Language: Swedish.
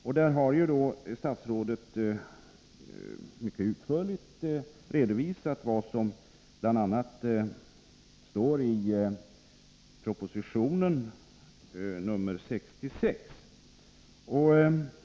På den punkten har statsrådet mycket utförligt redovisat vad som bl.a. står i proposition 66.